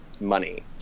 money